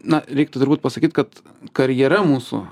na reiktų turbūt pasakyt kad karjera mūsų